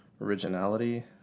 Originality